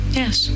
yes